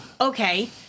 Okay